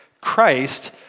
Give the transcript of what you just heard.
Christ